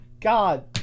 God